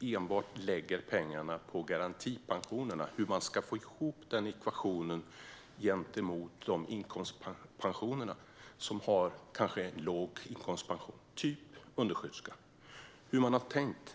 enbart lägger pengarna på garantipensionerna. Hur ska man få ihop den ekvationen gentemot inkomstpensionärer med låg inkomstpension, till exempel undersköterskor? Hur har man tänkt?